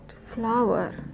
flower